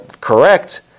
correct